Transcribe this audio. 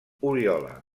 oriola